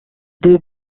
deux